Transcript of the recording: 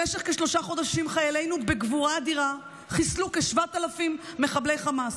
במשך כשלושה חודשים חיילינו חיסלו בגבורה אדירה כ-7,000 מחבלי חמאס.